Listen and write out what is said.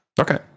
Okay